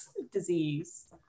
Disease